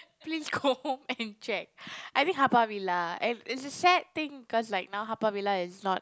please go home and check I think Haw-Par-Villa and it's a sad thing cause like now Haw-Par-Villa is not